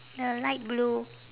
the light blue